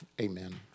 amen